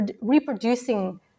reproducing